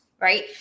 right